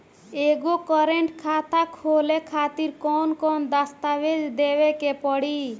एगो करेंट खाता खोले खातिर कौन कौन दस्तावेज़ देवे के पड़ी?